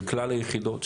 של כלל היחידות,